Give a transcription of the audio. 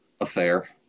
affair